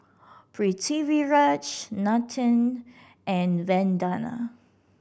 Pritiviraj Nathan and Vandana